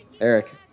Eric